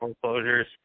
foreclosures